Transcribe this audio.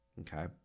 okay